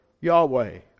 Yahweh